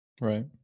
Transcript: Right